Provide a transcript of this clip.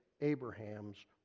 abraham's